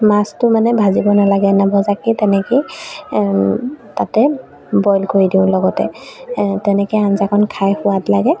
মাছটো মানে ভাজিব নালাগে নভজাকেই তেনেকেই তাতে বইল কৰি দিওঁ লগতে তেনেকে আঞ্জাকণ খাই সোৱাদ লাগে